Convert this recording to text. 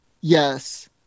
Yes